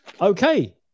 okay